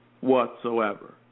whatsoever